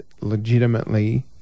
legitimately